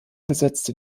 besetzte